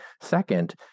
Second